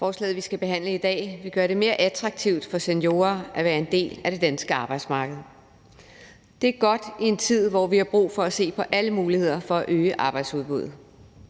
Forslaget, vi skal behandle i dag, vil gøre det mere attraktivt for seniorer at være en del af det danske arbejdsmarked. Det er godt i en tid, hvor vi har brug for at se på alle muligheder for at øge arbejdsudbuddet.